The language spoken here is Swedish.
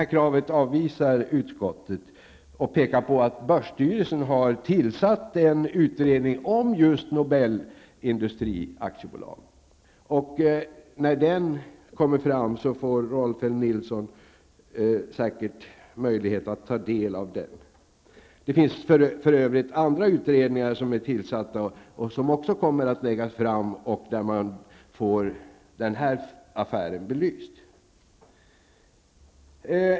Det kravet avvisar utskottet och pekar på att börsstyrelsen har tillsatt en utredning om just Nobel Industrier AB. När den föreligger får Rolf L Nilson säkert möjlighet att ta del av den. Det har för övrigt tillsatts också andra utredningar, som också kommer att lägga fram sina resultat och där man får den här affären belyst.